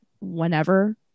whenever